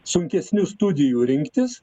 sunkesnių studijų rinktis